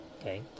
okay